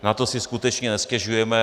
Na to si skutečně nestěžujeme.